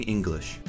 English